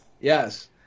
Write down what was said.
Yes